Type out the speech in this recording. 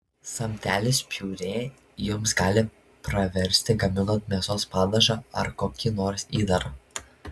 samtelis piurė jums gali praversti gaminant mėsos padažą ar kokį nors įdarą